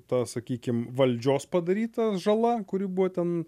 ta sakykim valdžios padaryta žala kuri buvo ten